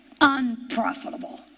Unprofitable